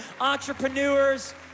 entrepreneurs